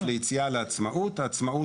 בסופו של דבר ליציאה לעצמאות אז שהעצמאות